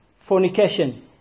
fornication